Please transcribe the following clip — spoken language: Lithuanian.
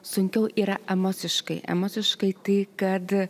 sunkiau yra emociškai emociškai tai kad